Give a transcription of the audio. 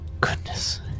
goodness